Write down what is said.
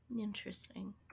interesting